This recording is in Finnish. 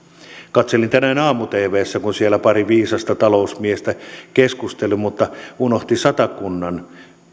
katselin tänään aamu tvssä kun siellä pari viisasta talousmiestä keskustelivat mutta unohtivat satakunnan